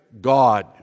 God